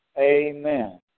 Amen